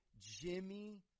Jimmy